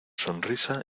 sonrisa